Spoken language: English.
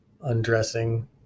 undressing